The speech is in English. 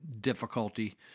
difficulty